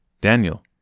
Daniel